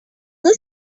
man